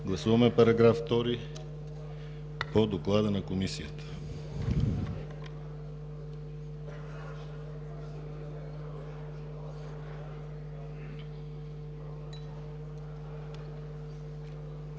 Гласуваме § 2 по доклада на Комисията.